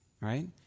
right